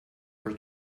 for